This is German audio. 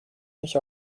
nicht